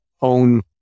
own